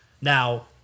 Now